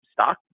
stock